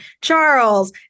Charles